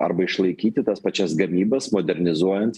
arba išlaikyti tas pačias gamybas modernizuojant